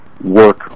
work